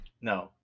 no